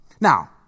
Now